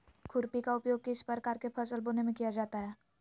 खुरपी का उपयोग किस प्रकार के फसल बोने में किया जाता है?